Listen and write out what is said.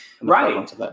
Right